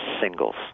singles